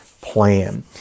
plan